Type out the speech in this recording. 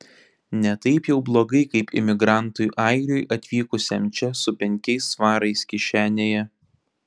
ne taip jau blogai kaip imigrantui airiui atvykusiam čia su penkiais svarais kišenėje